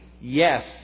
yes